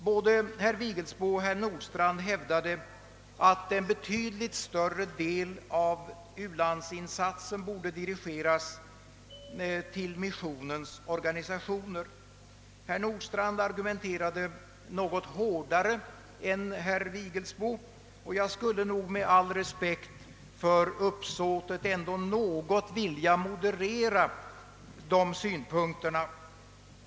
Herr Vigelsbo och även herr Nordstrandh hävdade att en betydligt större del av u-landsinsatsen borde dirigeras till missionens organisationer; herr Nordstrandh argumenterade t.o.m. hårdare än herr Vigelsbo för detta. Jag skulle emellertid med all respekt för uppsåtet ändå något vilja moderera synpunkterna.